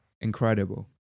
Incredible